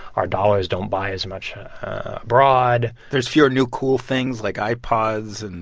our dollars don't buy as much abroad there's fewer new cool things like ipods. and.